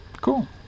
cool